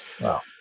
Wow